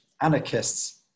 anarchists